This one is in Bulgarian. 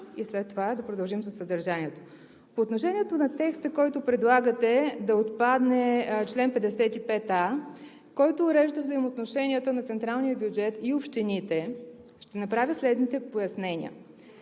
и след това да продължим със съдържанието. По отношение на текста, който предлагате – да отпадне чл. 55а, уреждащ взаимоотношенията на централния бюджет и общините, ще направя следните пояснения: